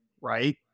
right